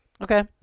Okay